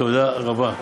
תודה רבה.